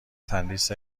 تندیس